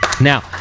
now